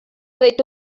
deitu